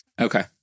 Okay